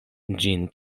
ĝin